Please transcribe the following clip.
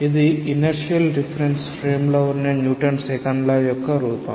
ఇది inertial reference frame లో ఉన్న న్యూటన్ సెకండ్ లా యొక్క రూపం